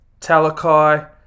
Talakai